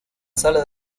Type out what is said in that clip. sala